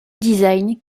design